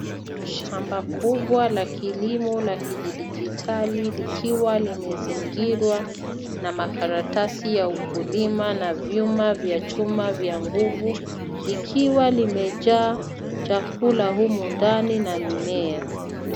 Shamba kubwa la kilimo la kidijitali likiwa limezingirwa na makaratasi ya ukulima na vyuma vya chuma vya nguvu ikiwa limejaa chakula humu ndani na mimea.